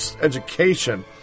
education